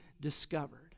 discovered